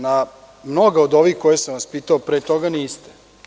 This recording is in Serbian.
Na mnoga od ovih koja sam vas pitao pre toga niste.